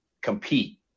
Compete